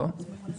לא?